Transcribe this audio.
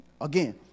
Again